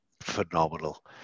phenomenal